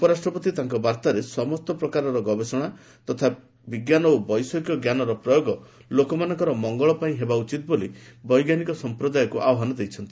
ଉପରାଷ୍ଟ୍ରପତି ତାଙ୍କ ବାର୍ଭାରେ ସମସ୍ତ ପ୍ରକାରର ଗବେଷଣା ତଥା ବିଜ୍ଞାନ ଓ ବୈଷୟିକ ଜ୍ଞାନର ପ୍ରୟୋଗ ଲୋକମାନଙ୍କର ମଙ୍ଗଳ ପାଇଁ ହେବା ଉଚିତ୍ ବୋଲି ବୈଜ୍ଞାନିକ ସମ୍ପ୍ରଦାୟକୁ ଆହ୍ୱାନ ଦେଇଛନ୍ତି